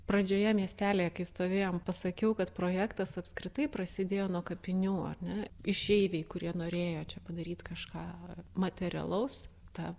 pradžioje miestelyje kai stovėjom pasakiau kad projektas apskritai prasidėjo nuo kapinių ar ne išeiviai kurie norėjo čia padaryt kažką materialaus tą